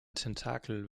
tentakel